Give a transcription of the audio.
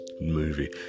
movie